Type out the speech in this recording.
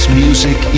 music